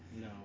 No